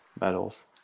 medals